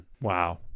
Wow